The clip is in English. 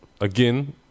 again